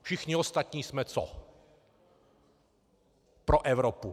Všichni ostatní jsme pro Evropu co?